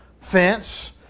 fence